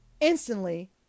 Instantly